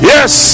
Yes